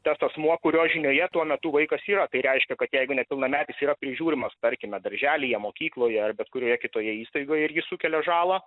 tas asmuo kurio žinioje tuo metu vaikas yra tai reiškia kad jeigu nepilnametis yra prižiūrimas tarkime darželyje mokykloje ar bet kurioje kitoje įstaigoje ir jis sukelia žalą